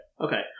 Okay